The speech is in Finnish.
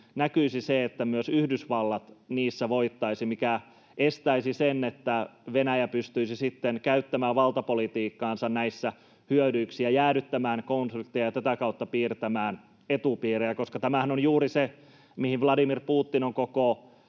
näkyisi se, että myös Yhdysvallat niissä voittaisi. Se estäisi sen, että Venäjä pystyisi sitten käyttämään valtapolitiikkaansa näissä hyödyksi ja jäädyttämään konflikteja ja tätä kautta piirtämään etupiirejä, koska tämähän on juuri se, mihin Vladimir Putin on koko